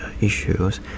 issues